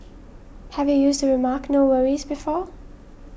have you used the remark no worries before